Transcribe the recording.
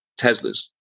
Teslas